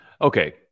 Okay